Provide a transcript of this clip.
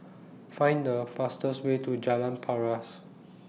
Find The fastest Way to Jalan Paras